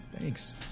thanks